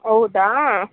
ಹೌದಾ